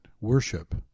Worship